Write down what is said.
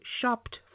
shopped